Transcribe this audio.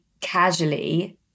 casually